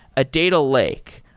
a data lake,